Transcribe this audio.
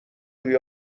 توی